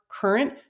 current